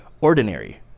ordinary